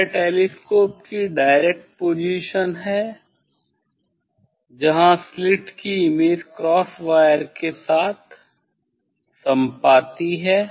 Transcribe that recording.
यह टेलीस्कोप की direct position है जहां स्लिट की इमेज क्रॉस वायर के साथ सम्पाती है